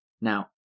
Now